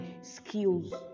skills